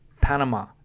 Panama